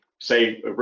say